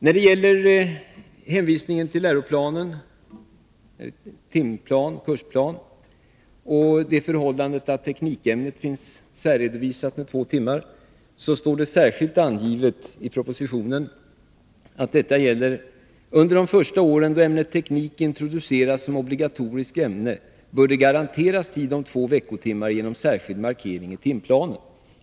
När det gäller hänvisningen till läroplanen, timplan och kursplaner och till det förhållandet att teknikämnet finns särredovisat med två timmar vill jag hänvisa till vad som särskilt anges i propositionen, nämligen att under de första åren då ämnet teknik introduceras som obligatoriskt ämne bör det garanteras tid om två veckotimmar genom särskild markering i timplanen.